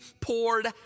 poured